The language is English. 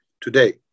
today